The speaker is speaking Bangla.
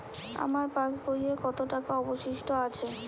আমার পাশ বইয়ে কতো টাকা অবশিষ্ট আছে?